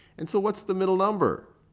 and so what's the middle number?